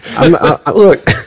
Look